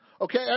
Okay